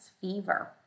fever